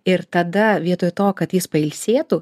ir tada vietoj to kad jis pailsėtų